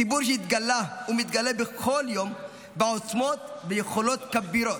ציבור שהתגלה ומתגלה בכל יום בעוצמות וביכולות כבירות,